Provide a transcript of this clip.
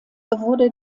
wurde